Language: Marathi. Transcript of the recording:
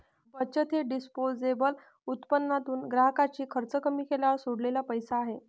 बचत हे डिस्पोजेबल उत्पन्नातून ग्राहकाचे खर्च कमी केल्यावर सोडलेला पैसा आहे